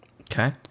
Okay